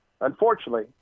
unfortunately